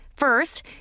First